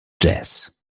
jazz